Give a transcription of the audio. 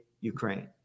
Ukraine